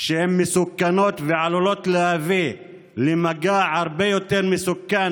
שהן מסוכנות ועלולות להביא למגע הרבה יותר מסוכן,